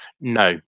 No